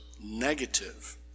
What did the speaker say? negative